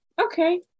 okay